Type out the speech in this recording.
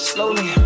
Slowly